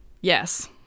yes